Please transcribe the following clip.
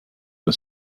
for